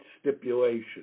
stipulation